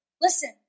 Listen